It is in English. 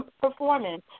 performance